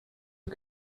are